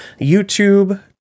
YouTube